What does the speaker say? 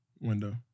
Window